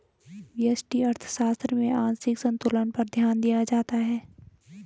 व्यष्टि अर्थशास्त्र में आंशिक संतुलन पर ध्यान दिया जाता है